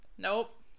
nope